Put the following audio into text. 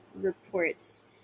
reports